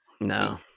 No